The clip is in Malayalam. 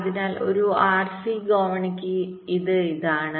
അതിനാൽ ഒരു ആർസി ഗോവണിക്ക് ഇത് ഇതാണ്